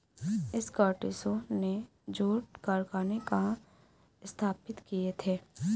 स्कॉटिशों ने जूट कारखाने कहाँ स्थापित किए थे?